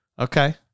Okay